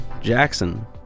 Jackson